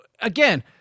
Again